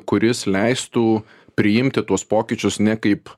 kuris leistų priimti tuos pokyčius ne kaip